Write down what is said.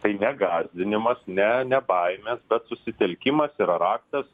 tai ne gąsdinimas ne ne baimės bet susitelkimas yra raktas